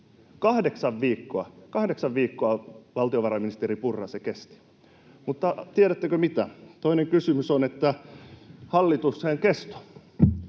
kahdeksan viikkoa —, valtiovarainministeri Purra, se kesti. Mutta tiedättekö mitä? Toinen kysymys on hallituksen kesto.